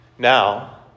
Now